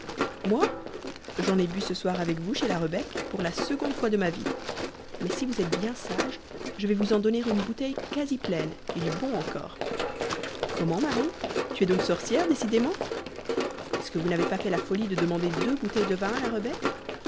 moi j'en ai bu ce soir avec vous chez la rebec pour la seconde fois de ma vie mais si vous êtes bien sage je vais vous en donner une bouteille quasi pleine et du bon encore comment marie tu es donc sorcière décidément est-ce que vous n'avez pas fait la folie de demander deux bouteilles de vin à la rebec